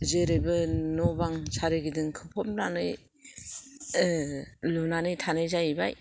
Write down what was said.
जैरैबो न' बां सोरगिदिं खोफबनानै लुनानै थानाय जाहैबाय